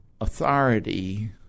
Authority